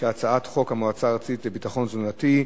את הצעת חוק המועצה הארצית לביטחון תזונתי,